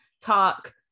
talk